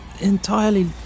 entirely